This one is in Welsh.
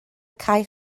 cae